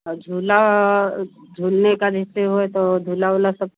और झूला झूलने का जैसे हुआ तो झूला वूला सब